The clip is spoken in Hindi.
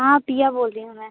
हाँ पिया बोल रही हूँ मैं